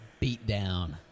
Beatdown